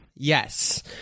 Yes